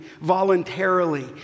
voluntarily